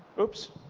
oops.